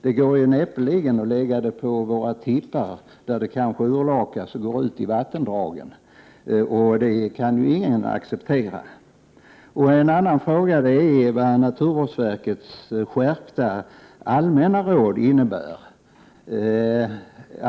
Det går näppeligen att lägga det på våra tippar, där det kanske urlakas och går ut i vattendragen. Det kan man inte acceptera. En annan fråga är vad naturvårdsverkets skärpta allmänna råd innebär.